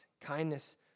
kindness